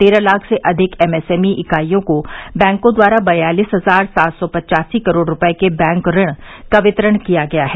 तेरह लाख से अधिक एमएसएमई इकाइयों को बैंकों द्वारा बयालीस हजार सात सौ पचासी करोड़ रूपये के बैंक ऋण का वितरण किया गया है